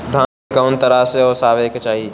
धान के कउन तरह से ओसावे के चाही?